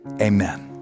amen